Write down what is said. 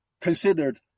considered